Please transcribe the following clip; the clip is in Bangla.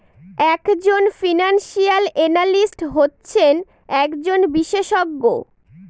এক জন ফিনান্সিয়াল এনালিস্ট হচ্ছেন একজন বিশেষজ্ঞ